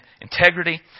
integrity